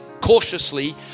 cautiously